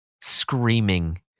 screaming